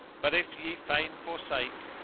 but if ye fain forsake,